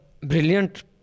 brilliant